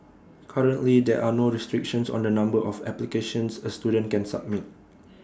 currently there're no restrictions on the number of applications A student can submit